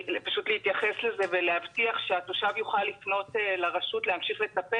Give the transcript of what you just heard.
לזה איכשהו ולהבטיח שהתושב יוכל לפנות לרשות ולהמשיך לטפל